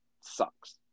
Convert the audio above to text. sucks